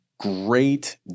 great